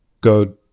go